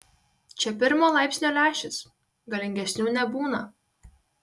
čia pirmo laipsnio lęšis galingesnių nebūna